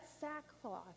sackcloth